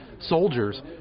soldiers